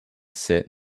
sit